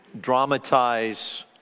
dramatize